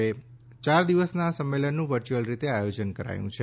યાર દિવસના આ સંમેલનનું વર્ચ્યુઅલ રીતે આયોજન કરાયું છે